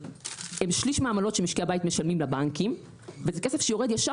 הן שליש מהעמלות שמשקי הבית משלמים לבנקים וזה כסף שיורד ישר